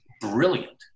brilliant